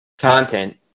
Content